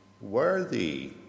worthy